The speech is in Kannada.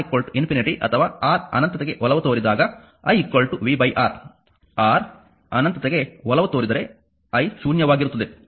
ಯಾವಾಗ R ಅಥವಾ R ಅನಂತತೆಗೆ ಒಲವು ತೋರಿದಾಗ i v R R ಅನಂತತೆಗೆ ಒಲವು ತೋರಿದರೆ I ಶೂನ್ಯವಾಗಿರುತ್ತದೆ